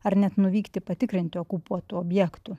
ar net nuvykti patikrinti okupuotų objektų